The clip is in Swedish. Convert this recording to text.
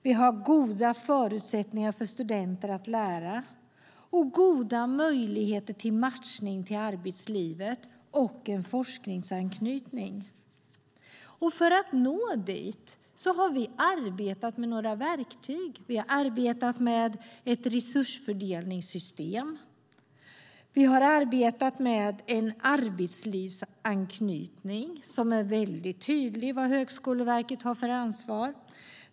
Vi har goda förutsättningar för studenter att lära, goda möjligheter till arbetslivet och en forskningsanknytning. För att nå dit har vi arbetat med några verktyg. Vi har arbetat med ett resursfördelningssystem. Vi har arbetat med en arbetslivsanknytning som är väldigt tydlig i Högskoleverkets ansvar.